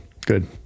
Good